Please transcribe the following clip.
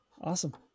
Awesome